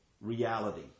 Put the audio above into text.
reality